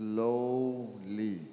Slowly